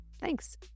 Thanks